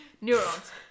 Neurons